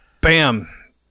Bam